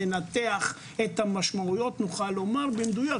ננתח את המשמעויות ורק אז נוכל לומר במדויק.